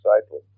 Disciple